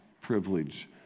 privilege